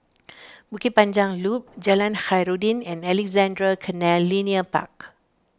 Bukit Panjang Loop Jalan Khairuddin and Alexandra Canal Linear Park